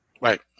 Right